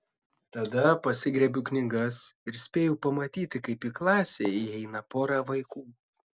tada pasigriebiu knygas ir spėju pamatyti kaip į klasę įeina pora vaikų